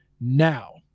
now